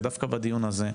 ודווקא בדיון הזה,